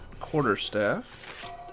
quarterstaff